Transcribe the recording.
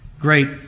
great